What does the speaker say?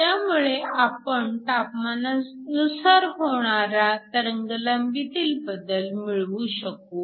त्यामुळे आपण तापमानानुसार होणारा तरंगलांबीतील बदल मिळवू शकू